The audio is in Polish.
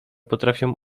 potrafią